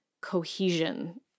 cohesion